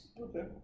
Okay